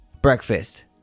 Breakfast